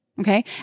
Okay